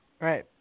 Right